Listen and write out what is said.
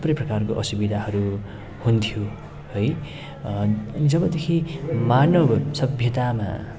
थुप्रै प्रकारको असुविधाहरू हुन्थ्यो है अनि जबदेखि मानव सभ्यतामा